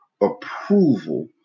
approval